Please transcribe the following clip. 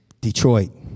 Detroit